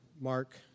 Mark